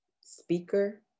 speaker